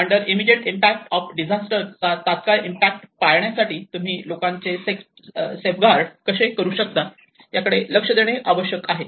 under immediate impact of disaster चा तत्काळ impact पाळण्यासाठी तुम्ही लोकांचे चे सेफगार्ड कसे करू शकता याकडे लक्ष देणे आवश्यक आहे